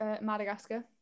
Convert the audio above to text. Madagascar